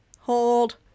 Hold